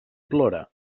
plora